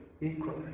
equally